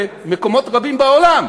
במקומות רבים בעולם,